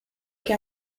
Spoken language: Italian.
che